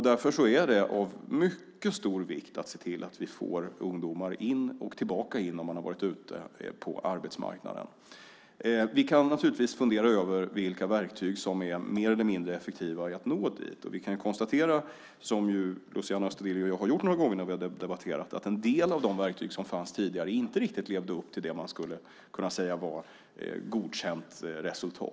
Därför är det av mycket stor vikt att se till att få in ungdomar på arbetsmarknaden och få dem tillbaka när de har varit utanför. Vi kan naturligtvis fundera över vilka verktyg som är mer eller mindre effektiva för att nå dit. Vi kan konstatera, som Luciano Astudillo och jag har gjort några gånger när vi har debatterat, att en del av de verktyg som fanns tidigare inte riktigt levde upp till det man skulle kunna säga var godkänt resultat.